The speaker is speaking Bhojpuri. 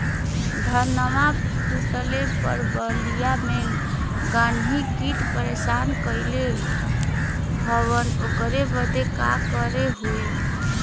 धनवा फूटले पर बलिया में गान्ही कीट परेशान कइले हवन ओकरे बदे का करे होई?